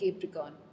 Capricorn